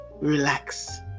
relax